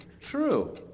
True